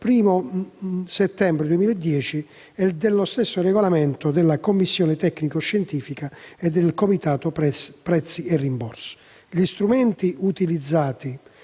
1° settembre 2010, e dallo stesso regolamento della commissione tecnico-scientifica e del comitato prezzi e rimborsi. Gli strumenti utilizzati